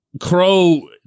Crow